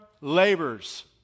laborers